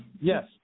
Yes